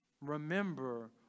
Remember